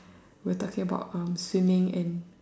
we were talking about um swimming and